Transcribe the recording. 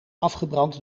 afgebrand